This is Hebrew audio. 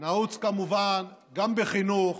נעוץ כמובן גם בחינוך,